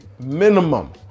minimum